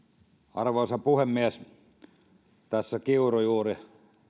arvoisa puhemies tässä kiuru juuri